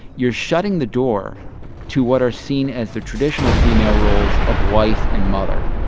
you're shutting the door to what are seen as the traditional female roles of wife and mother.